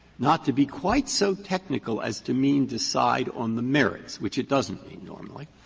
not to be quite so technical as to mean decide on the merits, which it doesn't mean normally,